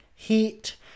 heat